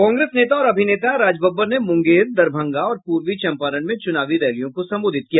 कांग्रेस नेता और अभिनेता राज बब्बर ने मूंगेर दरभंगा और पूर्वी चंपारण में चुनावी रैलियों को संबोधित किया